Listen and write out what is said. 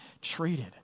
treated